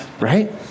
Right